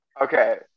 Okay